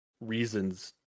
reasons